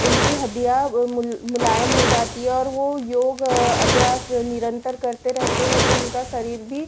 उनकी हड्डियाँ मुलायम हो जाती है और वह योग अभ्यास निरंतर करते रहते हैं ताे उनका शरीर भी